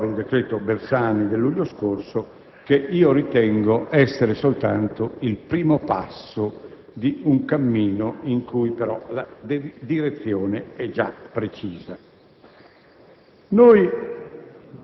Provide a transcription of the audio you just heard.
di cui è certamente prova il decreto Bersani del luglio scorso, che io ritengo essere soltanto il primo passo di un cammino di cui però la direzione è già precisa.